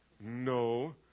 No